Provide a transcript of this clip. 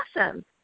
awesome